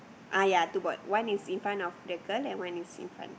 ah ya two board one is in front of the girl and one is in front